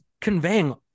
conveying